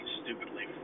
stupidly